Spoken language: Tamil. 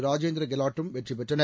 ராஜேந்திர கெலாட்டும் வெற்றி பெற்றனர்